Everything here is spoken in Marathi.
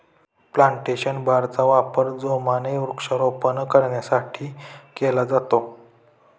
प्लांटेशन बारचा वापर जोमाने वृक्षारोपण करण्यासाठी केला जातो